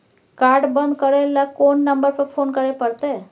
Card बन्द करे ल कोन नंबर पर फोन करे परतै?